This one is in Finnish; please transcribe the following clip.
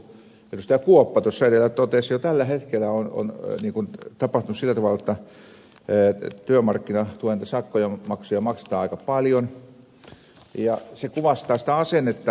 kuoppa tuossa edellä totesi jo tällä hetkellä on tapahtunut sillä tavalla että työmarkkinatuen sakkomaksuja maksetaan aika paljon ja se kuvastaa sitä asennetta